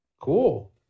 Cool